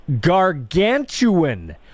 Gargantuan